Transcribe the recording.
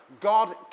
God